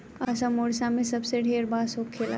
असम, ओडिसा मे सबसे ढेर बांस होखेला